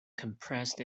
compressed